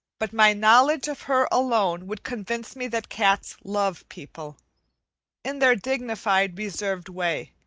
but my knowledge of her alone would convince me that cats love people in their dignified, reserved way,